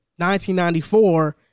1994